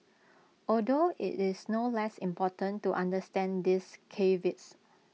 although IT is no less important to understand these caveats